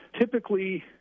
Typically